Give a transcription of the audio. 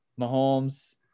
Mahomes